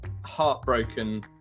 heartbroken